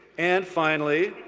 and, finally,